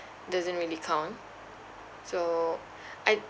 doesn't really count so I